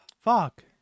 Fuck